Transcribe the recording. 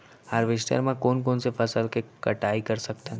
Harvester म कोन कोन से फसल के कटाई कर सकथन?